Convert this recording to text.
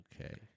Okay